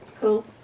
Cool